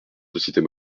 sociétés